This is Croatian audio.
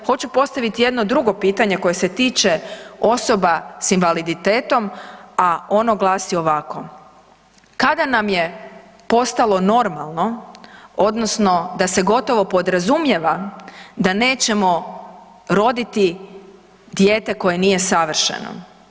Hoću postaviti jedno drugo pitanje koje se tiče osoba sa invaliditetom, a ono glasi ovako: Kada nam je postalo normalno, odnosno da se gotovo podrazumijeva da nećemo roditi dijete koje nije savršeno?